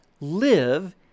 live